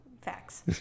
Facts